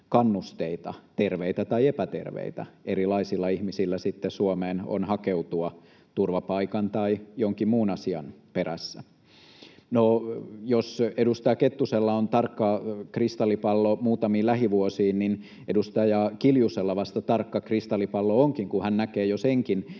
kannusteita, terveitä tai epäterveitä, erilaisilla ihmisillä sitten on hakeutua Suomeen turvapaikan tai jonkin muun asian perässä. No, jos edustaja Kettusella on tarkka kristallipallo muutamiin lähivuosiin, niin edustaja Kiljusella vasta tarkka kristallipallo onkin, kun hän näkee jo senkin,